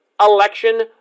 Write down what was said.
election